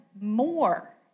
more